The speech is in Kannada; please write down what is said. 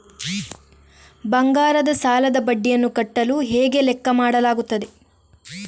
ಬಂಗಾರದ ಸಾಲದ ಬಡ್ಡಿಯನ್ನು ಕಟ್ಟಲು ಹೇಗೆ ಲೆಕ್ಕ ಮಾಡಲಾಗುತ್ತದೆ?